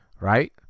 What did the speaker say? Right